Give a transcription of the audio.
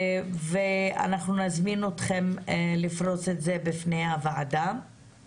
אנחנו נזמין אתכם לפרוס את זה בפני הוועדה.